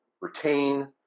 retain